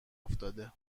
افتاده